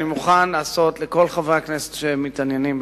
אני מוכן לעשות לכל חברי הכנסת שמתעניינים,